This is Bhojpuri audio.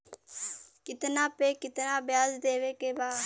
कितना पे कितना व्याज देवे के बा?